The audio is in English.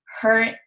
hurt